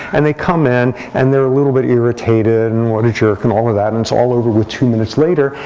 and they come in. and they're a little bit irritated, and what a jerk, and all of that. and it's all over with two minutes later.